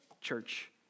church